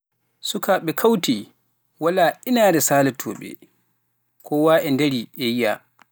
Sukaaɓe kawtii walaa inaare saalotooɓe, koowa e ndarii e yi'a.